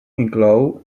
inclou